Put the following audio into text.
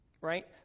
Right